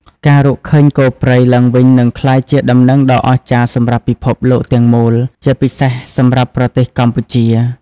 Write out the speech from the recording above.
ការរកឃើញគោព្រៃឡើងវិញនឹងក្លាយជាដំណឹងដ៏អស្ចារ្យសម្រាប់ពិភពលោកទាំងមូល ជាពិសេសសម្រាប់ប្រទេសកម្ពុជា។